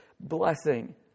blessing